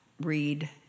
read